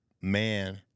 man –